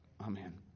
amen